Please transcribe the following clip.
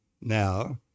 Now